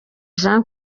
jean